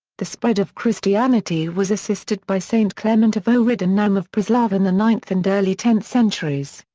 the spread of christianity was assisted by st. clement of ohrid and naum of preslav in the ninth and early tenth centuries.